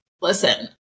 listen